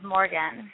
Morgan